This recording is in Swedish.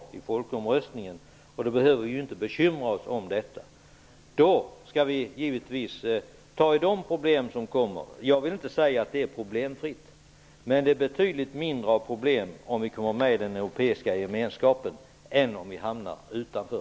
Då behöver vi inte bekymra oss om detta. Vi skall givetvis ta i de problem som då uppstår. Jag vill inte säga att detta är problemfritt, men det är betydligt färre problem om vi kommer med i den europeiska gemenskapen än om vi hamnar utanför.